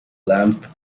lamp